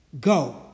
Go